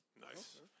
Nice